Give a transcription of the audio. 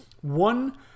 one